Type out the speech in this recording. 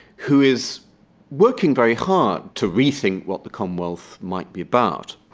who is working very hard to rethink what the commonwealth might be about.